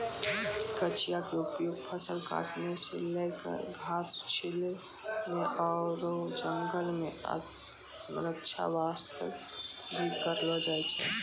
कचिया के उपयोग फसल काटै सॅ लैक घास छीलै म आरो जंगल मॅ आत्मरक्षा वास्तॅ भी करलो जाय छै